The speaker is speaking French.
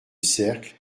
cercle